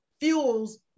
fuels